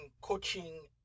coaching